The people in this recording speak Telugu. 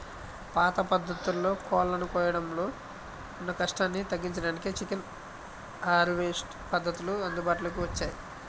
పాత పద్ధతుల్లో కోళ్ళను కోయడంలో ఉన్న కష్టాన్ని తగ్గించడానికే చికెన్ హార్వెస్ట్ పద్ధతులు అందుబాటులోకి వచ్చాయి